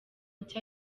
nshya